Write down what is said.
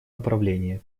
направление